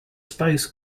spice